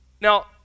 Now